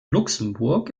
luxemburg